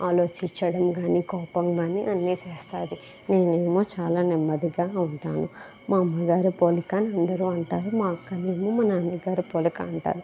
ఆలోచించడం కానీ కోపం కానీ అన్నీ చేస్తుంది నేనేమో చాలా నెమ్మదిగా ఉంటాను మా అమ్మగారి పోలిక అని అందరు అంటారు మా అక్కనేమో మా నాన్న గారి పోలిక అంటారు